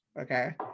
Okay